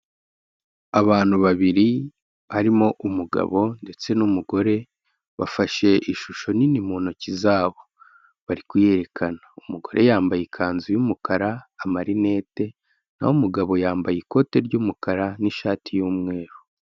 Abantu babiri barimo umugabo ndetse n'umugore bafashe ishusho nini mu ntoki zabo, bari kuyerekana, umugore yambaye ikanzu y'umukara, amarinette naho umugabo yambaye ikote ry'umukara n'ishati y'umweru.